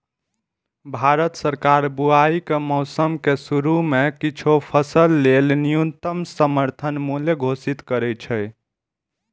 भारत सरकार बुआइ के मौसम के शुरू मे किछु फसल लेल न्यूनतम समर्थन मूल्य घोषित करै छै